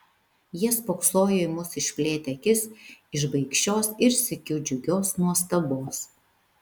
jie spoksojo į mus išplėtę akis iš baikščios ir sykiu džiugios nuostabos